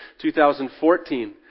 2014